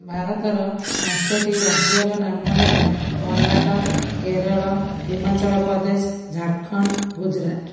ଭାରତର ପାଞ୍ଚଟି ରାଜ୍ୟର ନାମ ହେଲା କର୍ଣ୍ଣାଟକ କେରଳ ହିମାଚଳପ୍ରଦେଶ ଝାଡ଼ଖଣ୍ଡ ଗୁଜୁରାଟ